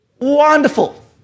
Wonderful